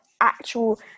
actual